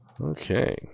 Okay